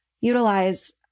utilize